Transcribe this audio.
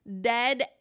dead